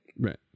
Right